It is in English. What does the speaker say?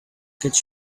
get